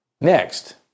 Next